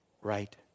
right